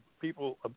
people